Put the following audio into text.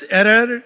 error